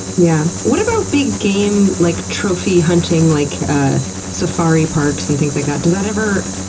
yeah. what about big game like trophy hunting, like a safari parks and things like that? does that ever,